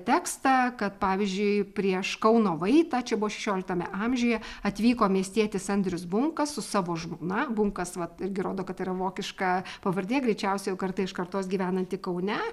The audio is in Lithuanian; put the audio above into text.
tekstą kad pavyzdžiui prieš kauno vaitą čia buvo šešioliktame amžiuje atvyko miestietis andrius bunkas su savo žmona bunkas vat irgi rodo kad tai yra vokiška pavardė greičiausiai jau karta iš kartos gyvenanti kaune